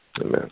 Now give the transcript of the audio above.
Amen